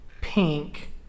pink